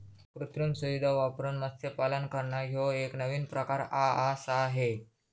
कृत्रिम सुविधां वापरून मत्स्यपालन करना ह्यो एक नवीन प्रकार आआसा हे